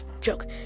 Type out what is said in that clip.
joke